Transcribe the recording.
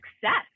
success